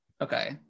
Okay